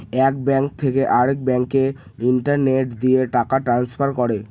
এক ব্যাঙ্ক থেকে আরেক ব্যাঙ্কে ইন্টারনেট দিয়ে টাকা ট্রান্সফার করে